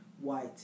white